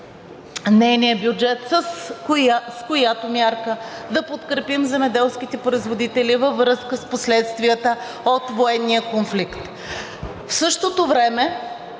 нейния бюджет, с която мярка да подкрепим земеделските производители във връзка с последствията от военния конфликт. В същото време